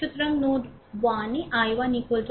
সুতরাং নোডে 1 i1 i3 ix